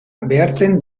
behartzen